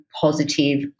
positive